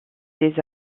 des